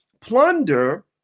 plunder